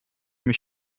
mich